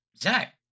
Zach